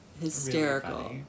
Hysterical